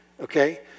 Okay